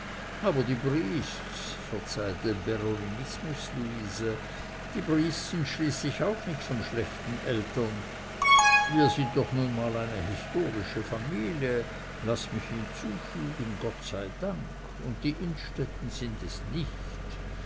aber die briests verzeih den berolinismus luise die briests sind schließlich auch nicht von schlechten eltern wir sind doch nun mal eine historische familie laß mich hinzufügen gott sei dank und die innstettens sind es nicht